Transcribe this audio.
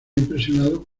impresionados